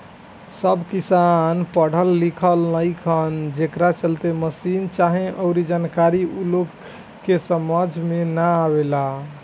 सब किसान पढ़ल लिखल नईखन, जेकरा चलते मसीन चाहे अऊरी जानकारी ऊ लोग के समझ में ना आवेला